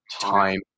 time